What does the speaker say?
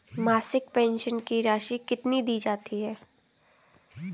मासिक पेंशन की राशि कितनी दी जाती है?